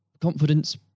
confidence